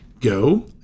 go